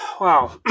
wow